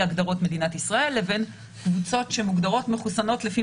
הגדרות מדינת ישראל לבין קבוצות שמוגדרות מחוסנות לפי